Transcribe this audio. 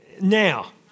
Now